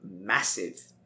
massive